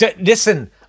Listen